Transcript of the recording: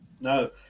no